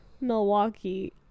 Milwaukee